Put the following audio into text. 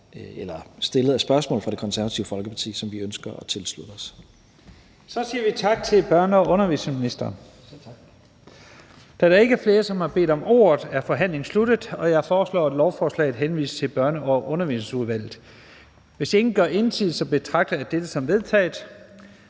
eller stillet spørgsmål til fra Det Konservative Folkepartis side, som vi ønsker at tilslutte os. Kl. 14:51 Første næstformand (Leif Lahn Jensen): Så siger vi tak til børne- og undervisningsministeren. Da der ikke er flere, som har bedt om ordet, er forhandlingen sluttet. Jeg foreslår, at lovforslaget henvises til Børne- og Undervisningsudvalget. Hvis ingen gør indsigelse, betragter jeg dette som vedtaget.